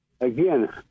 again